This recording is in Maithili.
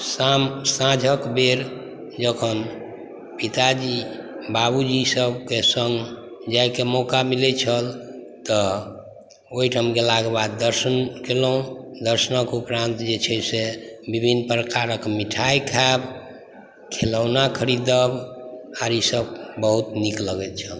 साँझके बेर जखन पिताजी बाबूजीसबके सङ्ग जाइके मौका मिलै छल तऽ ओहिठाम गेलाके बाद दर्शन कएलहुँ दर्शनके उपरान्त जे छै से विभिन्न प्रकार मिठाइ खाएब खिलौना खरीदब आओर ईसब बहुत नीक लगैत छल